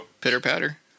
Pitter-patter